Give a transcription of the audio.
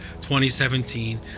2017